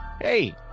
Hey